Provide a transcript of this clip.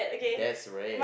that's rare